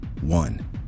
One